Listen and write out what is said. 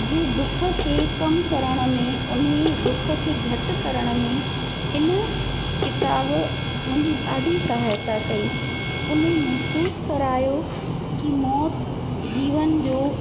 जे दुख खे घटि करण में उन दुख खे घटि करण में हिन किताबु मुंहिंजी ॾाढी सहायता कई उन महसूसु करायो की मौत जीवन जो